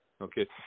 Okay